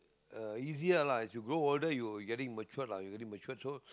uh you here lah as you grow older you getting matured lah you getting matured so